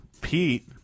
Pete